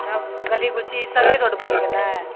तब गली कुची सगरे रोड बनि गेलै